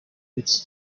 its